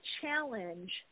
challenge